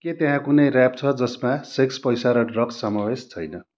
के त्यहाँ कुनै र्याप छ जसमा सेक्स पैसा र ड्रग्स समावेश छैन